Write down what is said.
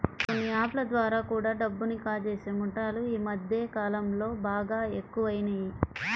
కొన్ని యాప్ ల ద్వారా కూడా డబ్బుని కాజేసే ముఠాలు యీ మద్దె కాలంలో బాగా ఎక్కువయినియ్